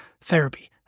therapy